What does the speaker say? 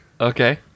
Okay